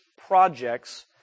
projects